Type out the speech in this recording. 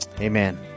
amen